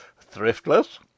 thriftless